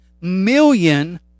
million